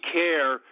care